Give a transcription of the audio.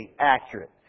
accurate